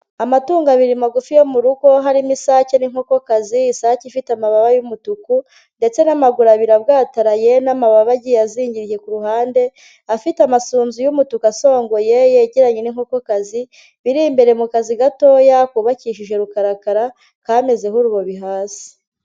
Amatungo abiri magufi yo mu rugo harimo isake n'inkokokazi isake ifite amababa y'umutuku ndetse n'amaguru abiri abwataraye n'amababa agiye azingiriye ku ruhande, afite amasunzu y'umutuku asongoye yegeranye n'inkokokazi biri imbere mu kazi gatoya kubabakishije rukarakara kamezeho uruhobi hasi.